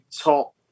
top